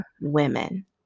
women